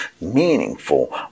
meaningful